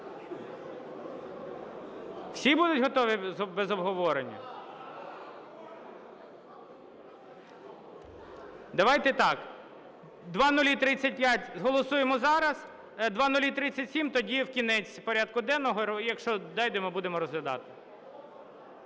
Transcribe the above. Всі будуть готові без обговорення? Давайте так: 0035 голосуємо зараз, 0037 – тоді в кінець порядку денного. Якщо дійдемо, будемо розглядати.